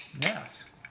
Yes